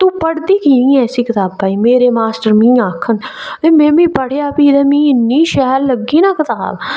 ते तू पढ़दी की निं ऐ इस कताबै गी मेरे मास्टर मिगी आक्खन ते में बी पढ़ेआ भी ते मिगी इन्नी शैल लग्गी ना कताब